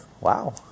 Wow